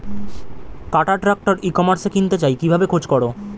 কাটার tractor ই কমার্সে কিনতে চাই কিভাবে খোঁজ করো?